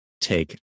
take